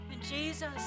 Jesus